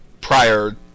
prior